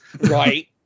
Right